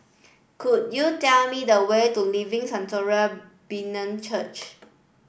could you tell me the way to Living Sanctuary Brethren Church